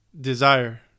desire